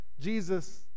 Jesus